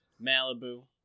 Malibu